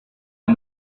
and